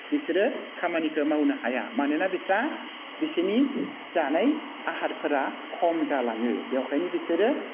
बिसोरो खामानिखौ मावनो हाया मानोना बिस्रा बिसोरनि जानाय आहारफोरा खम जालाङो बेवखायनो बिसोरो